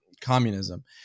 communism